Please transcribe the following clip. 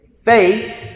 faith